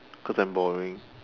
because I'm boring